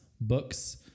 books